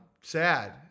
sad